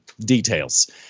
details